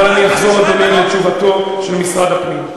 אבל אני אחזור לדבר על תשובתו של משרד הפנים,